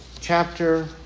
chapter